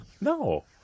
No